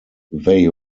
they